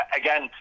again